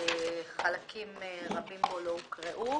חלקים רבים בו לא הוקראו.